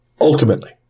Ultimately